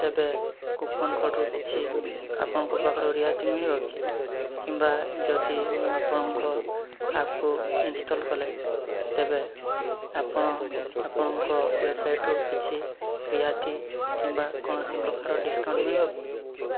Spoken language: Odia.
ତେବେ କୁପନ୍ କୋଡ଼୍ରୁ କିଛି ଆପଣଙ୍କ ପାଖରୁ ରିହାତି ମିଳିବ କି କିମ୍ବା ଯଦି ମୁଁ ଆପଣଙ୍କ ଆପ୍କୁ ଇନଷ୍ଟଲ୍ କଲେ ତେବେ ଆପଣ ଆପଣଙ୍କ ୱେବସାଇଟ୍ରୁ କିଛି ରିହାତି କିମ୍ବା କୌଣସି ପ୍ରକାର ଡିସ୍କାଉଣ୍ଟ ମିଳିବ କି